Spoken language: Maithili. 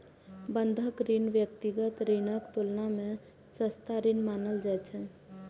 बंधक ऋण व्यक्तिगत ऋणक तुलना मे सस्ता ऋण मानल जाइ छै